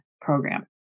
program